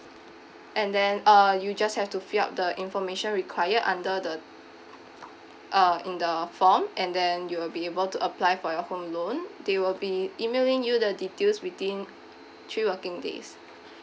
and then uh you just have to fill up the information required under the uh in the form and then you'll be able to apply for your home loan they will be emailing you the details within three working days